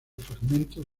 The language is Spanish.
fragmentos